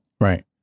Right